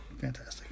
Fantastic